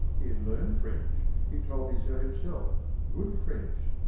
he had learned french he told me so himself good french,